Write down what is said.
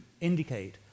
indicate